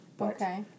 Okay